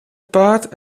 paard